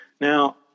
Now